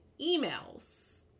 emails